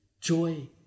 joy